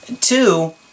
Two